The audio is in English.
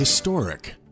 Historic